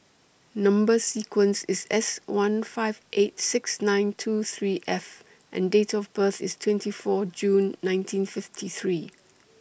Number sequence IS S one five eight six nine two three F and Date of birth IS twenty four June nineteen fifty three